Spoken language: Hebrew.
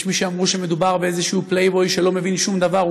יש מי שאמרו שמדובר באיזשהו פלייבוי שלא מבין שום דבר,